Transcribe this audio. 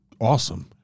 awesome